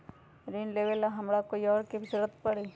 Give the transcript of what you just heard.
ऋन लेबेला हमरा कोई और के भी जरूरत परी?